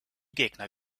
gegner